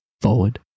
forward